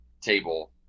table